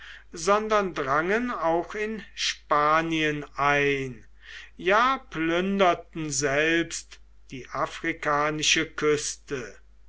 sondern drangen auch in spanien ein ja plünderten selbst die afrikanische küste